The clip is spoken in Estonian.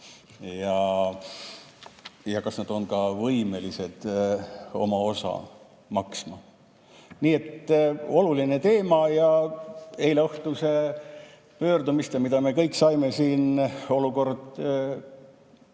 ja kas nad on ka võimelised oma osa maksma. Nii et oluline teema. Eileõhtune pöördumine, mida me kõik saime siin [kuulda],